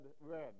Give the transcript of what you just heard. Red